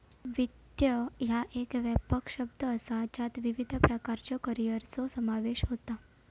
वित्त ह्या एक व्यापक शब्द असा ज्यात विविध प्रकारच्यो करिअरचो समावेश होता